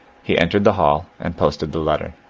he entered the hall and posted the letter.